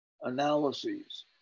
analyses